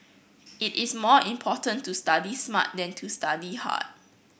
it is more important to study smart than to study hard